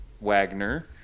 Wagner